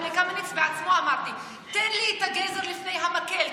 גם לקמיניץ בעצמו אמרתי: תן לי את הגזר לפני המקל,